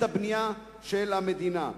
את הבנייה של המדינה.